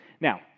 Now